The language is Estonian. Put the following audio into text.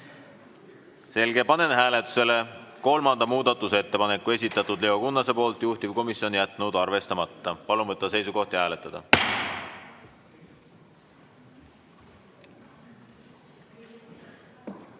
Selge. Panen hääletusele kolmanda muudatusettepaneku, esitanud Leo Kunnas, juhtivkomisjon on jätnud arvestamata. Palun võtta seisukoht ja hääletada!